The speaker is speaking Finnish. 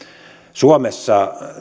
suomessa